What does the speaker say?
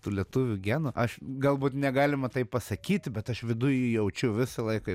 tų lietuvių genų aš galbūt negalima taip pasakyti bet aš viduj jį jaučiu visą laiką